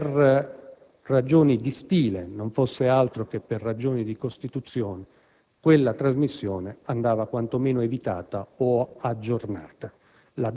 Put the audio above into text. Per ragioni di stile, non fosse che per ragioni di Costituzione, quella trasmissione andava quantomeno evitata o aggiornata.